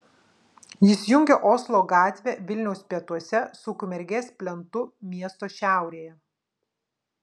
jis jungia oslo gatvę vilniaus pietuose su ukmergės plentu miesto šiaurėje